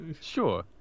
sure